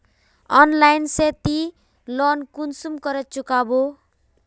Online से ती loan कुंसम करे चुकाबो?